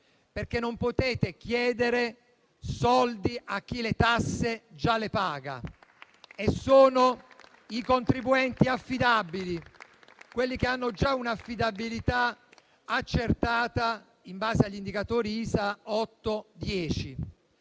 perché non potete chiedere soldi a chi le tasse già le paga, ovvero i contribuenti affidabili, che hanno già un'affidabilità accertata, in base agli indicatori sintetici